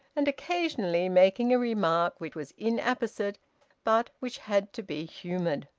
and occasionally making a remark which was inapposite but which had to be humoured.